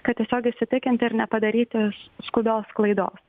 kad tiesiog įsitikinti ir nepadaryti skubios klaidos